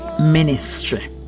Ministry